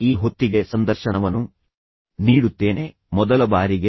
ಇದು ಒಂದು ಸಣ್ಣ ಕ್ಷುಲ್ಲಕ ವಿಷಯ ಪ್ರಚೋದಿಸಿರಬಹುದು